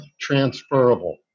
transferable